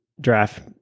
draft